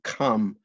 come